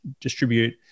distribute